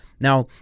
Now